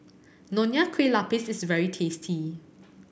Nonya Kueh Lapis is very tasty